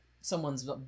someone's